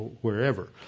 wherever